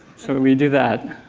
so we did that.